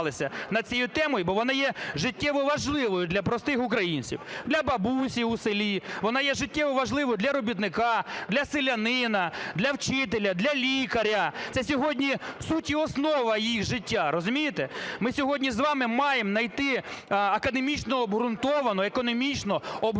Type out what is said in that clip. вона є життєво важливою для простих українців: для бабусі у селі, вона є життєво важливою для робітника, для селянина, для вчителя, для лікаря. Це сьогодні суть і основа їх життя, розумієте? Ми сьогодні з вами маємо найти академічно обґрунтовану, економічно обґрунтовану